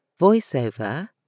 voiceover